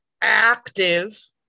active